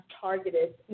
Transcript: targeted